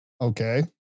okay